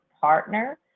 partner